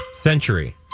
Century